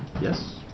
Yes